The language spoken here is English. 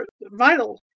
vital